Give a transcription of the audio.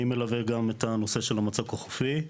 אני מלווה גם את הנושא של המצוק החופי,